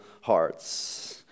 hearts